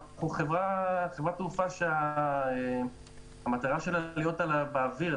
אנחנו חברת תעופה שהמטרה שלה היא להיות באוויר,